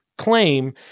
claim